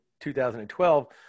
2012